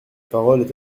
parole